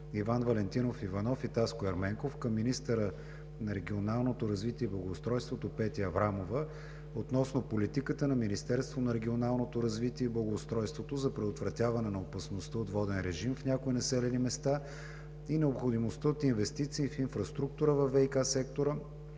Иван Валентинов Иванов и Таско Ерменков към министъра на регионалното развитие и благоустройството Петя Аврамова относно политиката на Министерството на регионалното развитие и благоустройството за предотвратяване на опасността от воден режим в някои населени места и необходимостта от инвестиции в инфраструктура във ВиК сектора